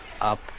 up